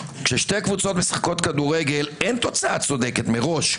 כששתי קבוצות משחקות כדורגל אין תוצאה צודקת מראש.